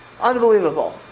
unbelievable